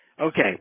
okay